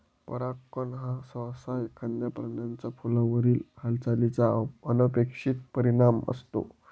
परागकण हा सहसा एखाद्या प्राण्याचा फुलावरील हालचालीचा अनपेक्षित परिणाम असतो